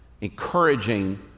encouraging